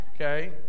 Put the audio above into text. okay